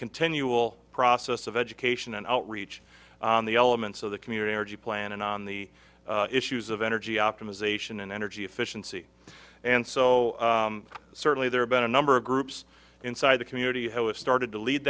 continual process of education and outreach on the elements of the community energy plan and on the issues of energy optimization and energy efficiency and so certainly there have been a number of groups inside the community has started to lead